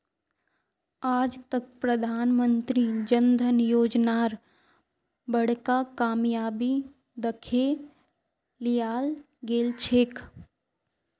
आज तक प्रधानमंत्री जन धन योजनार बड़का कामयाबी दखे लियाल गेलछेक